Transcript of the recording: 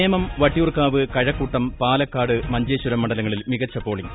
നേമം വട്ടിയൂർക്കാ്വ് കഴക്കൂട്ടംപാലക്കാട് മഞ്ചേശ്വരം മണ്ഡലങ്ങളിൽ മികച്ചു പോളിംഗ്